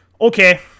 Okay